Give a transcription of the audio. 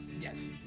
Yes